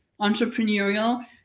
entrepreneurial